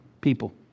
people